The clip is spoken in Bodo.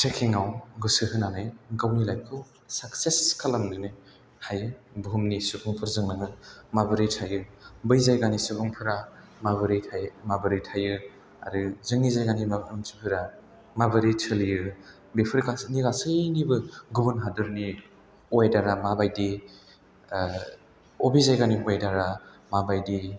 ट्रेकिंआव गोसो होनानै गावनि लाइफखौ साकसेस खालामनो हायो बुहुमनि सुबुंफोरजों नोङो माबोरै थायो बै जायगानि सुबुंफोरा माबोरै थायो माबोरै थायो आरो जोंनि जायगानि मानसिफोरा माबोरै सोलियो बिफोर गासैनि गासैनिबो गुबुन हादरनि वेदारआ माबादि अबे जायगानि वेदारआ माबादि